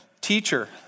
Teacher